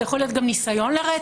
זה יכול להיות גם ניסיון לרצח,